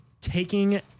taking